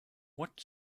what